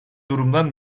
durumdan